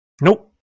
Nope